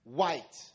white